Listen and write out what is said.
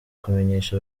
kumenyesha